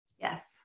Yes